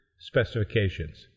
specifications